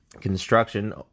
construction